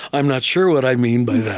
i'm not sure what i mean by that.